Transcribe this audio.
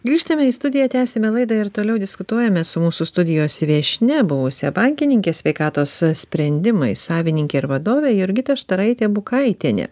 grįžtame į studiją tęsiame laidą ir toliau diskutuojame su mūsų studijos viešnia buvusia bankininke sveikatos sprendimai savininke ir vadove jurgita štaraite bukaitiene